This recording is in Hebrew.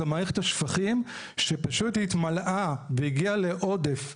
זה מערכת השפכים שפשוט התמלאה והגיעה לעודף.